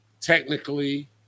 technically